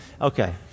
Okay